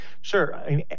Sure